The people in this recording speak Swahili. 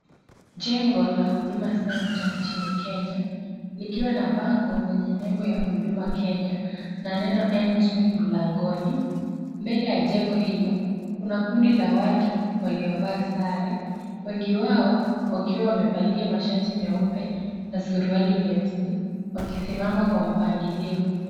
Jengo la huduma centre nchini kenya likiwa na bango lenye nembo huduma Kenya na neno entry mlangoni. Mbele ya jengo hilo, kuna kundi la watu waliovaa sare wengi wao wakiwa wamevalia mashati meupe na suruali nyeusi wakisimama kwa mpangilio.